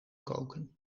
koken